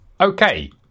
Okay